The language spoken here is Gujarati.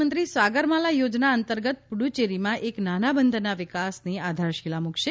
પ્રધાનમંત્રી સાગરમાલા યોજના અંતર્ગત પુરુચેરીમાં એક નાના બંદરના વિકાસની આધારશીલા મુકશે